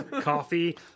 Coffee